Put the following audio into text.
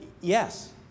yes